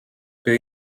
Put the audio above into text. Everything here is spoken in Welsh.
bydd